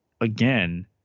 again